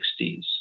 1960s